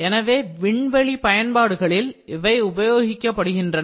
எனவே விண்வெளி பயன்பாடுகளில் இவை உபயோகிக்கப்படுகின்றன